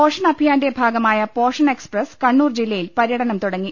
പോഷൺ അഭിയാന്റെ ഭാഗമായ പോഷൺ എക്സ്പ്രസ് കണ്ണൂർ ജില്ലയിൽ പര്യടനം തുടങ്ങി